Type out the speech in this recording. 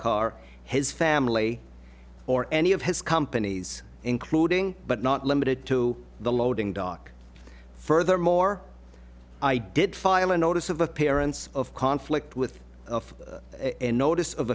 carr his family or any of his companies including but not limited to the loading dock furthermore i did file a notice of the parents of conflict with any notice of